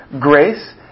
grace